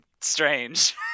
strange